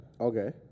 Okay